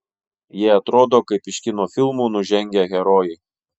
jie atrodo kaip iš kino filmų nužengę herojai